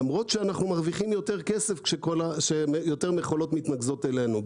למרות שאנחנו מרוויחים יותר כסף כשיותר מכולות מתנקזות אלינו.